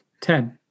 Ten